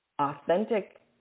authentic